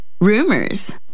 rumors